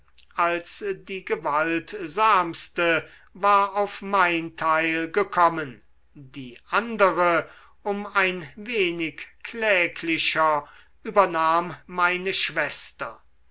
als die gewaltsamste war auf mein teil gekommen die andere um ein wenig kläglicher übernahm meine schwester